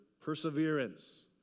perseverance